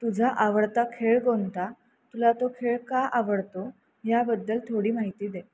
तुझा आवडता खेळ कोणता तुला तो खेळ का आवडतो ह्याबद्दल थोडी माहिती दे